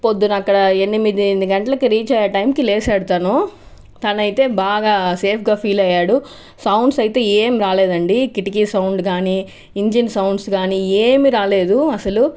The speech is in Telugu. పొద్దున అక్కడ ఎనిమిది ఎనిమిది గంటలకు రీచ్ టైం కి లేసాడు తను తను అయితే బాగా సేఫ్ గా ఫీల్ అయ్యాడు సౌండ్స్ అయితే ఏం రాలేదండి కిటికీ సౌండ్ గానీ ఇంజన్ సౌండ్స్ గాని ఏమి రాలేదు అసలు